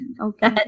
okay